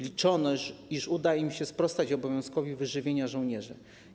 Liczono, iż uda im się sprostać obowiązkowi wyżywienia żołnierzy.